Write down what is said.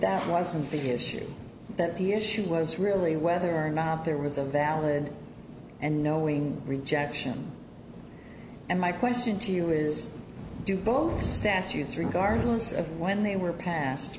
that wasn't a big issue but the issue was really whether or not there was a valid and knowing rejection and my question to you is do both statutes regardless of when they were pass